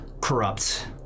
corrupt